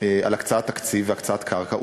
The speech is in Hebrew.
על הקצאת תקציב והקצאת קרקע.